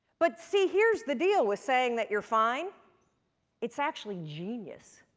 but see, here's the deal with saying that you're fine it's actually genius.